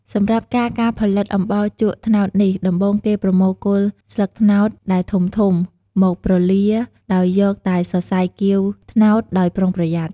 សម្រាប់់ការការផលិតអំបោសជក់ត្នោតនេះ ដំបូង គេប្រមូលគល់ស្លឹកត្នោតដែលធំៗ មកប្រលាដោយយកតែសរសៃគាវត្នោតដោយប្រុងប្រយ័ត្ន។